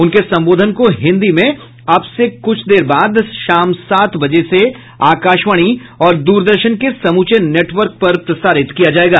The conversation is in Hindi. उनके संबोधन को हिन्दी में अब से कुछ देर बाद शाम सात बजे से आकाशवाणी और द्रदर्शन के समूचे नेटवर्क पर प्रसारित किया जाएगा